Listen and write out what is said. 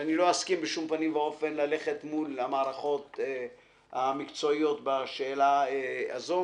שאני לא אסכים בשום פנים ואופן ללכת מול המערכות המקצועיות בשאלה הזו,